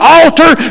altar